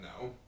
no